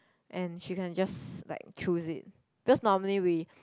and she can just like choose it because normally we